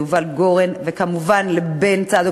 ליובל גורן וכמובן לבן צדוק,